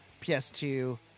PS2